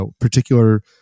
particular